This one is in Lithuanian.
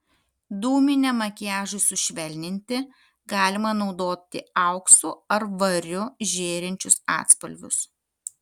dūminiam makiažui sušvelninti galima naudoti auksu ar variu žėrinčius atspalvius